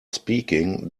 speaking